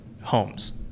homes